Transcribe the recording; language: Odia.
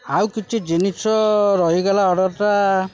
ଆଉ କିଛି ଜିନିଷ ରହିଗଲା ଅର୍ଡ଼ର୍ଟା